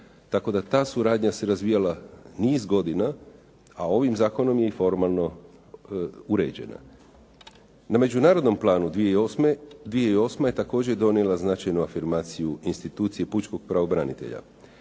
Tako da ta suradnja se razvijala niz godina a ovim zakonom je formalno uređena. Na međunarodnom planu 2008. je također donijela značajnu afirmaciju institucije pučkog pravobranitelja.